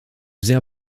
sehr